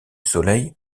soleil